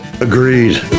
agreed